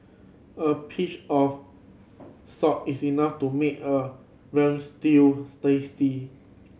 a pinch of salt is enough to make a veal stews tasty